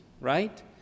right